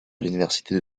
l’université